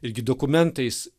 irgi dokumentais